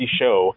show